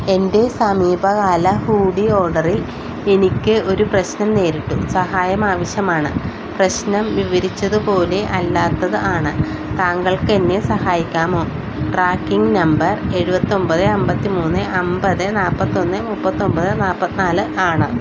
എൻ്റെ സമീപകാല ഹൂഡി ഓർഡറിൽ എനിക്ക് ഒരു പ്രശ്നം നേരിട്ടു സഹായം ആവശ്യമാണ് പ്രശ്നം വിവരിച്ചതുപോലെ അല്ലാത്തത് ആണ് താങ്കൾക്ക് എന്നെ സഹായിക്കാമോ ട്രാക്കിംഗ് നമ്പർ എഴുപത്തൊൻപത് അൻപത്തി മൂന്ന് അമ്പത് നാൽപ്പത്തി ഒന്ന് മുപ്പത്തൊൻപത് നാൽപത്തി നാല് ആണ്